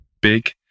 big